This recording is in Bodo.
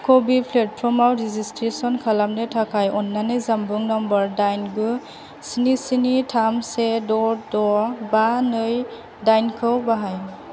कभिद प्लेटफर्मआव रेजिस्ट्रेसन खालामनो थाखाय अन्नानै जानबुं नम्बर दाइन गु स्नि स्नि थाम से द' द' बा नै दाइनखौ बाहाय